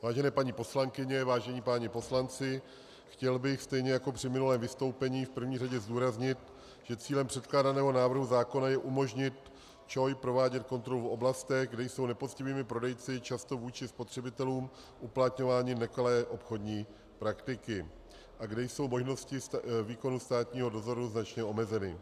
Vážené paní poslankyně, vážení páni poslanci, chtěl bych stejně jako při minulém vystoupení v první řadě zdůraznit, že cílem předkládaného návrhu zákona je umožnit ČOI provádět kontrolu v oblastech, kde jsou nepoctivými prodejci často vůči spotřebitelům uplatňovány nekalé obchodní praktiky a kde jsou možnosti výkonu státního dozoru značně omezeny.